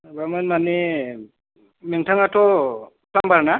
माबा मोन माने नोंथांआथ' फ्लामबार ना